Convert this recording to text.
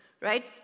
right